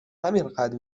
همینقد